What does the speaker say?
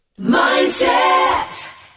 Mindset